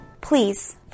Please